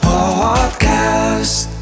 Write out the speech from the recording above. Podcast